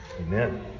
Amen